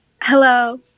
Hello